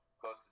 close